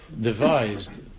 devised